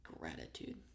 gratitude